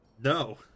No